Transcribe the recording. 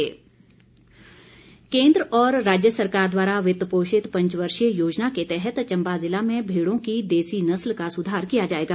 हंसराज केन्द्र और राज्य सरकार द्वारा वित पोषित पंचवर्षीय योजना के तहत चम्बा जिला में भेड़ों की देसी नस्ल का सुधार किया जाएगा